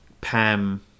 pam